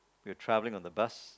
we were travelling on the bus